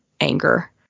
anger